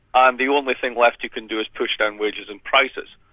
um the only thing left you can do is push down wages and prices.